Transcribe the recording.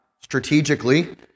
strategically